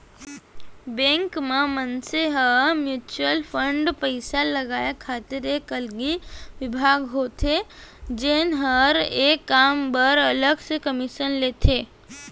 bank म मनसे ह म्युचुअल फंड पइसा लगाय खातिर एक अलगे बिभाग होथे जेन हर ए काम बर अलग से कमीसन लेथे